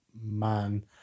man